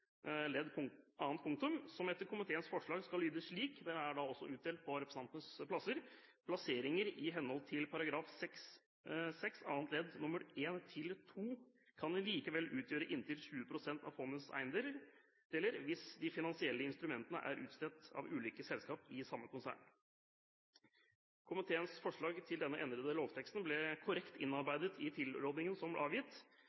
punktum, det er også utdelt på representantenes plasser, og som etter komiteens forslag skal lyde slik: «Plasseringer i henhold til § 6-6 annet ledd nr. 1 til 2 kan likevel utgjøre inntil 20 prosent av fondets eiendeler, hvis de finansielle instrumentene er utstedt av ulike selskap i samme konsern.» Komiteens forslag til denne endrede lovteksten ble korrekt innarbeidet i tilrådingen som ble avgitt.